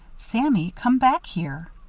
sammy! come back here.